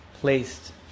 placed